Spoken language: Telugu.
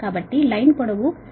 కాబట్టి లైన్ పొడవు 160 కిలో మీటర్